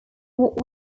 what